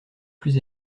plus